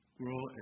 grow